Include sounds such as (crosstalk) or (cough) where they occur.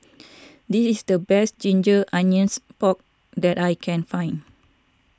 (noise) this is the best Ginger Onions Pork that I can find